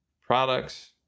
products